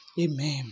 Amen